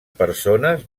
persones